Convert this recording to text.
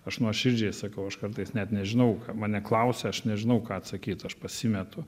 aš nuoširdžiai sakau aš kartais net nežinau ką mane klausia aš nežinau ką atsakyt aš pasimetu